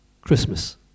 Christmas